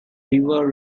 river